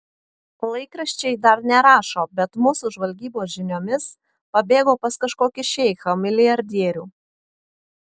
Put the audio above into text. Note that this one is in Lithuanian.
laikraščiai dar nerašo bet mūsų žvalgybos žiniomis pabėgo pas kažkokį šeichą milijardierių